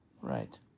Right